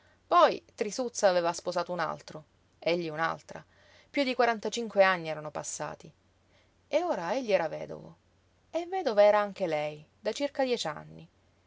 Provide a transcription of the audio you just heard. poi trisuzza aveva sposato un altro egli un'altra piú di quarantacinque anni erano passati e ora egli era vedovo e vedova era anche lei da circa dieci anni